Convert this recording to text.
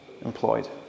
employed